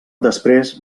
després